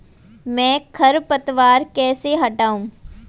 मैं खरपतवार कैसे हटाऊं?